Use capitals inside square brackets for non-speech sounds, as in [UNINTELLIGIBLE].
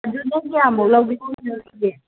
ꯑꯗꯨ [UNINTELLIGIBLE]